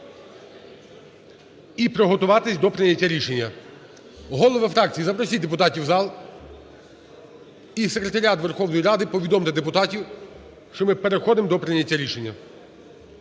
і приготуватись до прийняття рішення. Голови фракцій запросіть депутатів у зал. І секретаріат Верховної Ради повідомте депутатам, що ми переходимо до прийняття рішення.